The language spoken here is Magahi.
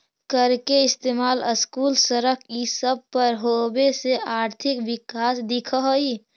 कर के इस्तेमाल स्कूल, सड़क ई सब पर होबे से आर्थिक विकास दिख हई